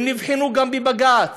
הם נבחנו גם בבג"ץ.